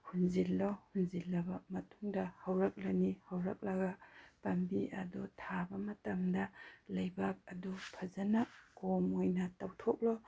ꯍꯨꯟꯖꯤꯜꯂꯣ ꯍꯨꯟꯖꯤꯜꯂꯕ ꯃꯇꯨꯡꯗ ꯍꯧꯔꯛꯂꯅꯤ ꯍꯧꯔꯛꯂꯒ ꯄꯥꯝꯕꯤ ꯑꯗꯣ ꯊꯥꯕ ꯃꯇꯝꯗ ꯂꯩꯕꯥꯛ ꯑꯗꯨ ꯐꯖꯅ ꯀꯣꯝ ꯑꯣꯏꯅ ꯇꯧꯊꯣꯛꯂꯣ